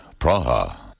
Praha